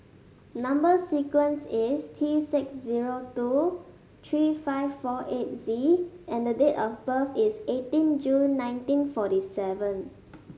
number sequence is T six zero two three five four eight Z and the date of birth is eighteen June nineteen forty seven